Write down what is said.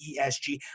ESG